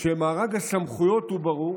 שמארג הסמכויות הוא ברור